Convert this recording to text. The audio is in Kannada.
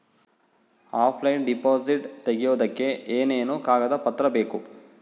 ಆಫ್ಲೈನ್ ಡಿಪಾಸಿಟ್ ತೆಗಿಯೋದಕ್ಕೆ ಏನೇನು ಕಾಗದ ಪತ್ರ ಬೇಕು?